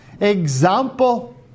example